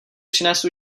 přinést